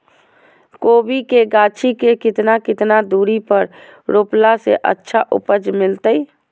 कोबी के गाछी के कितना कितना दूरी पर रोपला से अच्छा उपज मिलतैय?